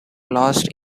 lost